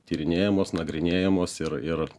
tyrinėjamos nagrinėjamos ir ir